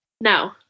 No